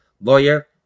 lawyer